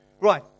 Right